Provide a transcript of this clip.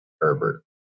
Herbert